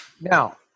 Now